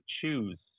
choose